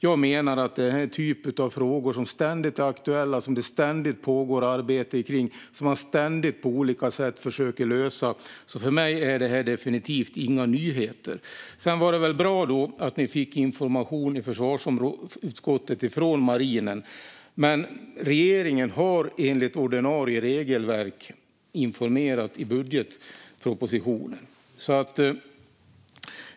Jag menar att det här är en typ av frågor som ständigt är aktuella, som det ständigt pågår arbete kring och som man ständigt på olika sätt försöker att lösa. För mig är det här definitivt inga nyheter. Det var ju bra att försvarsutskottet fick information från marinen. Regeringen har dock enligt ordinarie regelverk informerat i budgetpropositionen.